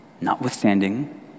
Notwithstanding